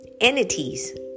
entities